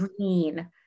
green